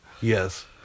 Yes